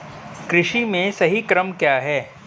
कृषि में सही क्रम क्या है?